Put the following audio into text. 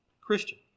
Christian